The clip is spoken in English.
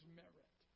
merit